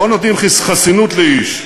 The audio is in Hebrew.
לא נותנים חסינות לאיש.